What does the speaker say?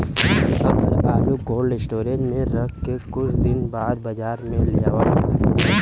अगर आलू cold storage में रख के कुछ दिन बाद बाजार में लियावल जा?